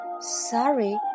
sorry